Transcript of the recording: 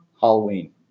Halloween